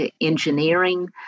Engineering